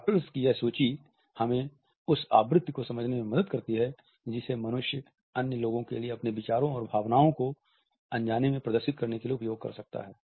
adopters की यह सूची हमें उस आवृत्ति को समझने में मदद करती है जिसे मनुष्य अन्य लोगों के लिए अपने विचारों और भावनाओं को अनजाने में प्रदर्शित करने के लिए उपयोग कर सकता है